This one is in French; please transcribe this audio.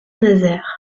nazaire